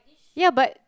ya but